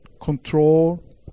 control